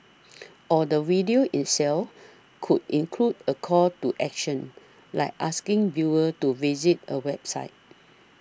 or the video itself could include a call to action like asking viewers to visit a website